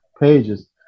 pages